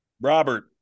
Robert